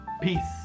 Peace